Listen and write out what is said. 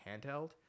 handheld